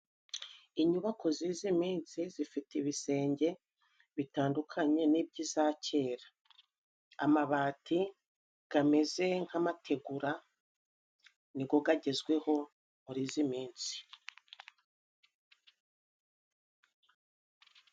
Inyubako z'izi minsi zifite ibisenge bitandukanye n'ibyo iza kera. Amabati gameze nk'amategura nigwo gagezweho muri izi minsi.